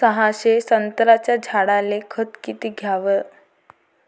सहाशे संत्र्याच्या झाडायले खत किती घ्याव?